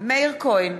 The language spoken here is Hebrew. בהצבעה מאיר כהן,